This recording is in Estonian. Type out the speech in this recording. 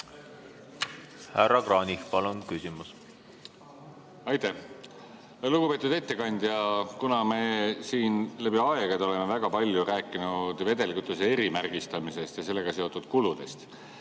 Härra Kranich, palun küsimus! Aitäh! Lugupeetud ettekandja! Me oleme siin läbi aegade väga palju rääkinud vedelkütuse erimärgistamisest ja sellega seotud kuludest.